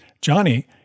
Johnny